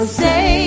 say